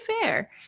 fair